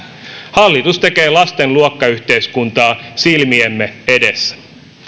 hallitus tekee lasten luokkayhteiskuntaa silmiemme edessä